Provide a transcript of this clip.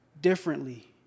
differently